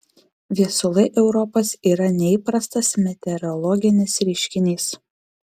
viesulai europos yra neįprastas meteorologinis reiškinys